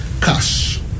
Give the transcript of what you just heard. cash